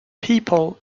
people